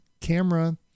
camera